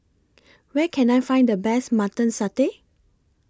Where Can I Find The Best Mutton Satay